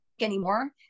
anymore